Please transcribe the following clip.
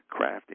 crafting